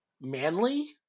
manly